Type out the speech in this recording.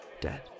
dead